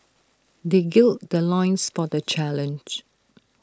they gird the loins for the challenge